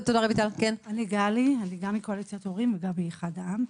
אני גם מקואליציית הורים וגם מאחד העם.